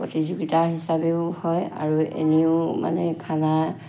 প্ৰতিযোগিতা হিচাপেও হয় আৰু এনেও মানে খানা